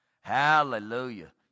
Hallelujah